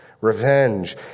revenge